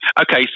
Okay